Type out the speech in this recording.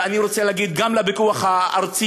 ואני רוצה להגיד גם לפיקוח הארצי: